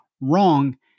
wrong